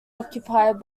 occupied